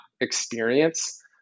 experience